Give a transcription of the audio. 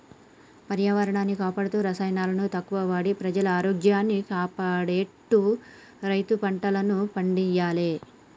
పర్యావరణాన్ని కాపాడుతూ రసాయనాలను తక్కువ వాడి ప్రజల ఆరోగ్యాన్ని కాపాడేట్టు రైతు పంటలను పండియ్యాలే